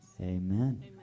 Amen